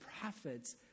prophets